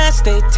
stay